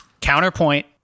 Counterpoint